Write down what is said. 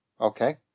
Okay